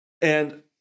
And-